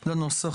לנוסח.